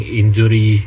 injury